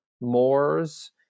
moors